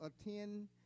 attend